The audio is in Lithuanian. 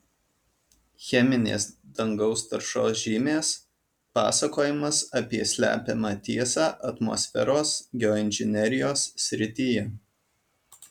cheminės dangaus taršos žymės pasakojimas apie slepiamą tiesą atmosferos geoinžinerijos srityje